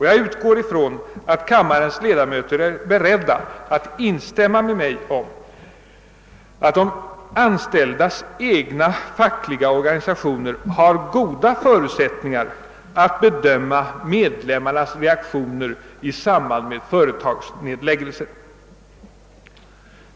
Jag utgår ifrån att kammarens ledamöter är beredda att instämma med mig i att de anställdas egna fackliga organisationer har goda förutsättningar att bedöma medlemmarnas reaktioner i samband med företagsnedläggelser.